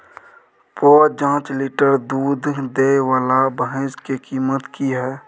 प जॉंच लीटर दूध दैय वाला भैंस के कीमत की हय?